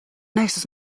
nächstes